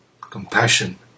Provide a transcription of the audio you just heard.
Compassion